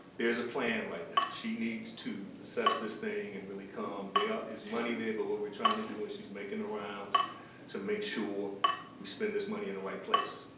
there's a plan right now. she needs to assess this thing and really come. there is money there, but what we're trying to do when she's making the rounds to make sure we spend this money in the right places.